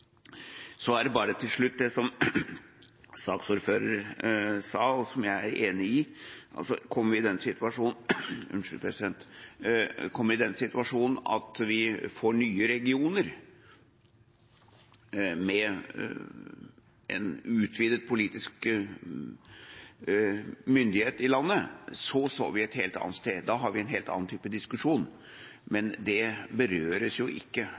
bare til det som saksordføreren sa, og som jeg er enig i: Kommer vi i den situasjonen at vi får nye regioner i landet, med en utvidet politisk myndighet, står vi et helt annet sted. Da har vi en helt annen type diskusjon. Men det berøres ikke